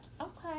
Okay